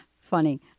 funny